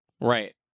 right